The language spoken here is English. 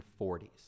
1940s